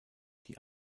die